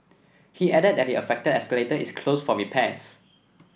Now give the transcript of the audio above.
he added that the affected escalator is closed for repairs